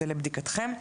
זה לבדיקתכם.